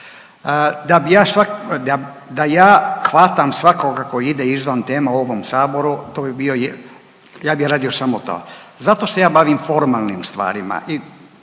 da ja hvatam svakoga koji ide izvan tema u ovom saboru to bi bio je… ja bi radio samo to. Zato se ja bavim formalnim stvarima